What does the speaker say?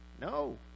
No